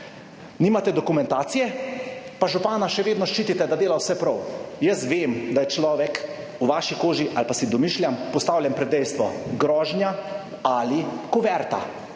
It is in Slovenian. Nimate dokumentacije, pa župana še vedno ščitite, da dela vse prav. Jaz vem, da je človek v vaši koži ali pa si domišljam, postavljen pred dejstvo, grožnja ali kuverta